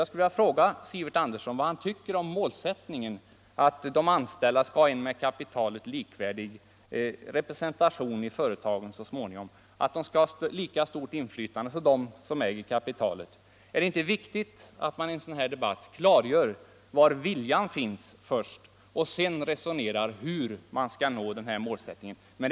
Jag skulle vilja fråga herr Sivert Andersson vad han tycker om ”målsättningen” att de anställda så småningom skall ha en med kapitalet likvärdig representation i företaget, att de skall ha lika stort inflytande som de som äger kapitalet. Är det inte viktigt att man i en sådan här debatt först klargör var viljan finns och sedan resonerar om hur man skall nå de här målen.